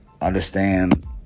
understand